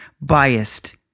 biased